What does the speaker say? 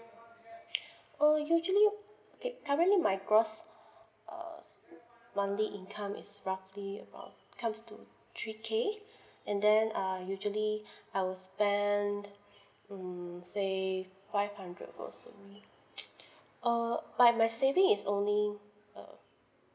oh usually okay currently my gross uh monthly income is roughly about comes to three K and then uh usually I will spend mm say five hundred or so err but my saving is only uh